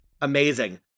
Amazing